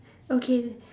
okay